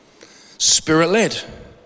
Spirit-led